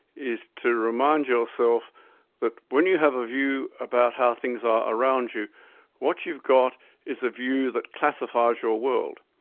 is to remind yourself that when you have a view about how things are around you what you've got is a view that classifies your world.